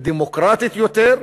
דמוקרטית יותר,